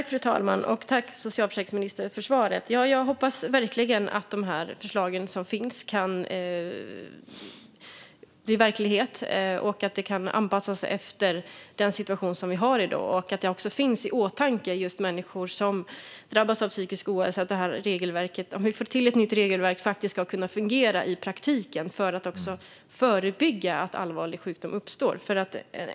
Fru talman! Jag tackar socialförsäkringsministern för svaret. Jag hoppas verkligen att de förslag som finns kan bli verklighet och att de kan anpassas efter den situation som vi har i dag och att också just människor som drabbas av psykisk ohälsa finns i åtanke om vi får till ett nytt regelverk som faktiskt ska kunna fungera i praktiken för att också förebygga att allvarlig sjukdom uppstår.